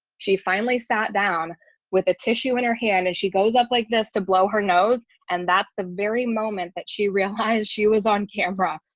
she finally sat down with a tissue in her hand and she goes up like this to blow her nose. and that's the very moment that she realized she was on camera.